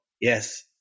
yes